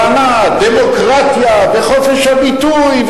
טענה: דמוקרטיה וחופש הביטוי,